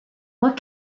what